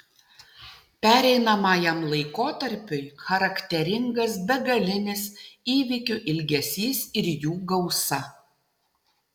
pereinamajam laikotarpiui charakteringas begalinis įvykių ilgesys ir jų gausa